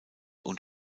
und